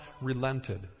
relented